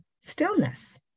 stillness